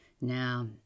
Now